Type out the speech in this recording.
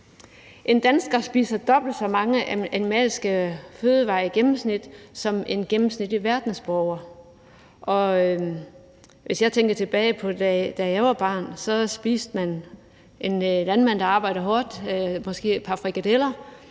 En dansker spiser dobbelt så mange animalske fødevarer i gennemsnit som en gennemsnitlig verdensborger, og hvis jeg tænker tilbage på, da jeg var barn, spiste en landmand, der arbejdede hårdt, måske et par frikadeller